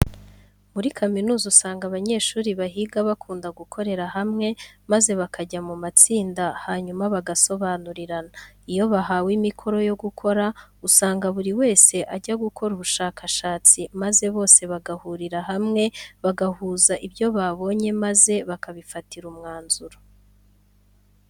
Muri kaminuza usanga abanyeshuri bahiga bakunda gukorera hamwe maze bakajya mu matsinda hanyuma bagasobanurirana. Iyo bahawe imikoro yo gukora, usanga buri wese ajya gukora ubushakashatsi maze bose bagahurira hamwe, bagahuza ibyo babonye maze bakabifatira umwanzuro.